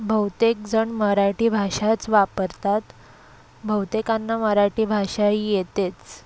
बहुतेक जण मराठी भाषाच वापरतात बहुतेकांना मराठी भाषा येतेच